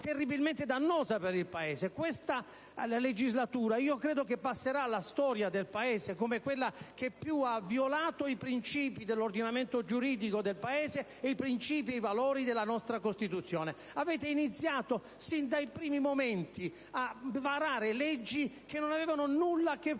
terribilmente dannosa per il Paese. Credo che questa legislatura passerà alla storia del Paese come quella che più ha violato i principi dell'ordinamento giuridico italiano e i principi e i valori della nostra Costituzione. Avete iniziato sin dai primi momenti a varare leggi che non avevano nulla a che